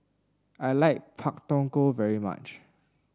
I like Pak Thong Ko very much